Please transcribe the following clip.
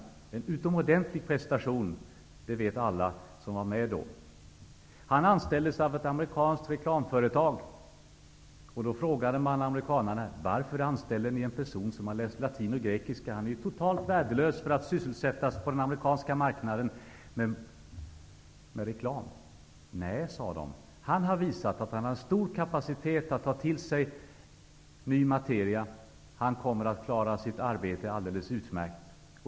Det var en utomordentlig prestation -- det vet alla som var med då. Han anställdes av ett amerikanskt reklamföretag, och man frågade amerikanerna: Varför anställer ni en person som har läst latin och grekiska? Han är ju totalt värdelös för att sysselsättas på den amerikanska marknaden med reklam! Nej, sade de. Han har visat att han har stor kapacitet att ta till sig ny materia, och han kommer att klara sitt arbete alldeles utmärkt!